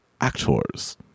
actors